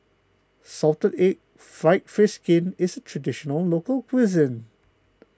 Salted Egg Fried Fish Skin is a Traditional Local Cuisine